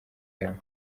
yabo